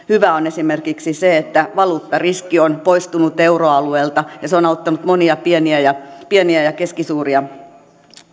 hyvää on esimerkiksi se että valuuttariski on poistunut euroalueelta se on auttanut monia ja pieniä keskisuuria